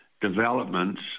developments